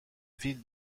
ville